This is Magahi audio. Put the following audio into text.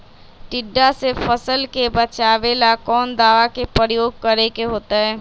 टिड्डा से फसल के बचावेला कौन दावा के प्रयोग करके होतै?